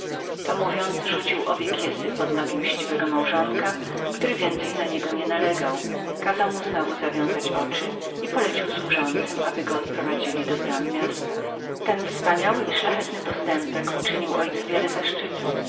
to mówiąc rzucił obie kiesy pod nogi mściwego małżonka który więcej na niego nie nalegał kazał mu znowu zawiązać oczy i polecił służącym aby go odprowadzili do bram miasta ten wspaniały i szlachetny postępek uczynił memu ojcu wiele zaszczytu